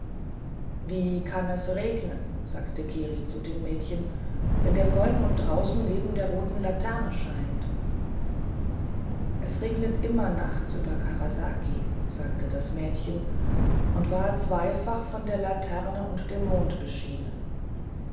wie kann es regnen sagte kiri zu dem mädchen wenn der vollmond draußen neben der roten laterne scheint es regnet immer nachts über karasaki sagte das mädchen und war zwiefach von der laterne und dem mond beschienen